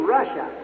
Russia